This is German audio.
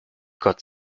gott